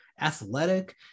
athletic